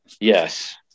Yes